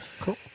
cool